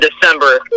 December